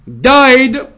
died